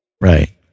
Right